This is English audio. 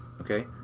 okay